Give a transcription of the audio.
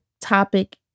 topic